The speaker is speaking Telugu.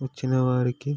వచ్చినవారికి